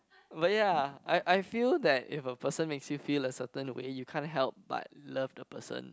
but ya I I feel that if a person makes you feel a certain way you can't help but love the person